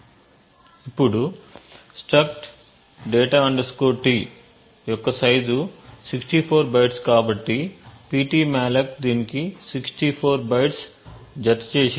ఇప్పుడు struct data T యొక్క size 64 bytes కాబట్టి Ptmalloc దీనికి 64 బైట్స్ జతచేసేది